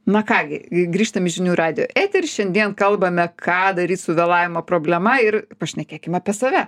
na ką gi grįžtam į žinių radijo eterį šiandien kalbame ką daryt su vėlavimo problema ir pašnekėkim apie save